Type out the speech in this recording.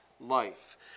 life